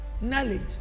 knowledge